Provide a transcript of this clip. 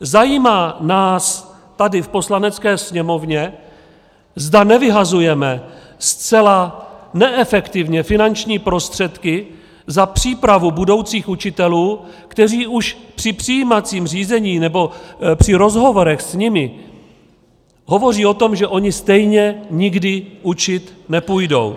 Zajímá nás tady v Poslanecké sněmovně, zda nevyhazujeme zcela neefektivně finanční prostředky za přípravu budoucích učitelů, kteří už při přijímacím řízení nebo při rozhovorech s nimi hovoří o tom, že oni stejně nikdy učit nepůjdou?